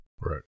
Right